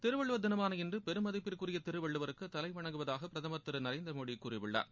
திருவள்ளுவர் திளமாள இன்று பெருமதிப்பிற்குிய திருவள்ளுவருக்கு தலைவணங்குவதாக பிரதமா் திரு நரேந்திரமோடி கூறியுள்ளார்